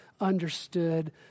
understood